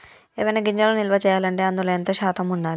ఏవైనా గింజలు నిల్వ చేయాలంటే అందులో ఎంత శాతం ఉండాలి?